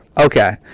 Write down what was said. Okay